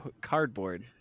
cardboard